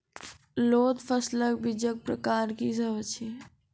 लोत फसलक बीजक प्रकार की सब अछि?